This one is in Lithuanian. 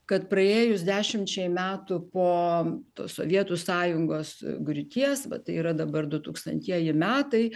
kad praėjus dešimčiai metų po sovietų sąjungos griūties va tai yra dabar du tūkstantieji metai